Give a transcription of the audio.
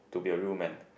to be a real man